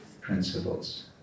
principles